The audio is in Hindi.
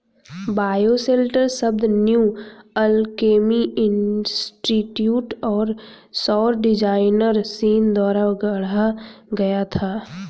बायोशेल्टर शब्द न्यू अल्केमी इंस्टीट्यूट और सौर डिजाइनर सीन द्वारा गढ़ा गया था